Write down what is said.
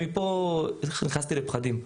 מפה נכנסתי לפחדים.